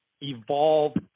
evolved